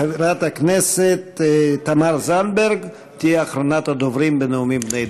חברת הכנסת תמר זנדברג תהיה אחרונת הדוברים בנאומים בני דקה.